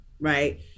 right